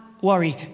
worry